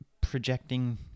projecting